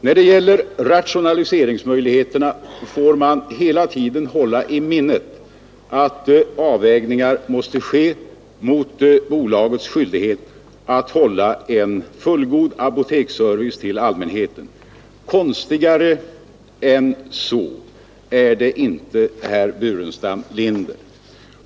När det gäller rationaliseringsmöjligheterna får man hela tiden hålla i minnet att avvägningar måste ske mot bolagets skyldighet att hålla en fullgod apoteksservice till allmänheten. Konstigare än så är det inte, herr Burenstam Linder.